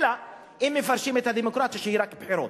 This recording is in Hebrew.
אלא אם כן מפרשים את הדמוקרטיה שהיא רק בחירות,